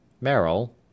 Merrill